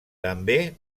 també